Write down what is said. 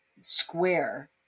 square